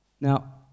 Now